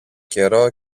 καιρό